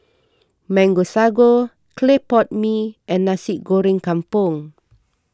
Mango Sago Clay Pot Mee and Nasi Goreng Kampung